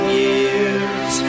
years